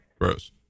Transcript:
gross